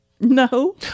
No